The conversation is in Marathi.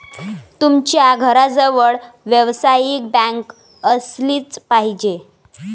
तुमच्या घराजवळ व्यावसायिक बँक असलीच पाहिजे